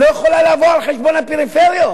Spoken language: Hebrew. לא יכולה לבוא על חשבון הפריפריות.